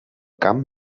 camp